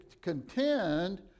contend